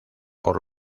por